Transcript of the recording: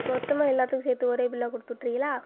மொத்தமாக எல்லாத்துக்கும் சேர்த்து ஒரே பில்லாக குடுத்துவுட்றீங்களா